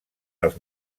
els